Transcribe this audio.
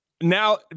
Now